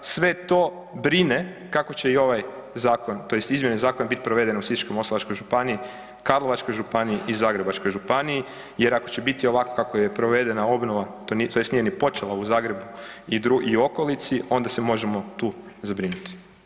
Sve to brine kako će i ovaj zakon, tj. izmjene zakona biti provedene u Sisačko-moslavačkoj županiji, Karlovačkoj županiji i Zagrebačkoj županiji jer ako će biti ovako kako je provedena obnova, tj. nije ni počela u Zagrebu i okolici, onda se možemo tu zabrinuti.